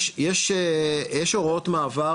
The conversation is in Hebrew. יש הוראות מעבר